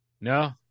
No